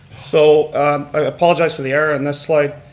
so i apologize for the error in this slide,